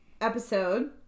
Episode